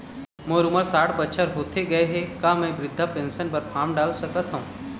मोर उमर साठ बछर होथे गए हे का म वृद्धावस्था पेंशन पर फार्म डाल सकत हंव?